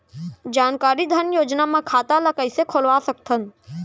जानकारी धन योजना म खाता ल कइसे खोलवा सकथन?